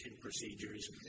procedures